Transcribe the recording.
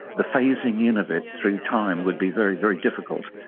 the phasing-in of it through time would be very, very difficult.